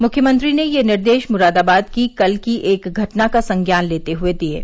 मुख्यमंत्री ने यह निर्देश मुरादाबाद की कल की एक घटना का संज्ञान लेते हुए दिये